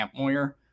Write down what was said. Campmoyer